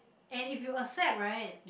and if you accept right